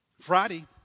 Friday